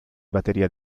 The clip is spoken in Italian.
batteria